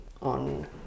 on